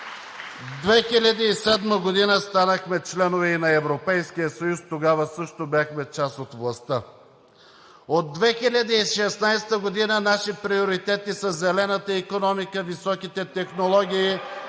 2007 г. станахме членове и на Европейския съюз, тогава също бяхме част от властта. От 2016 г. наши приоритети са зелената икономика, високите технологии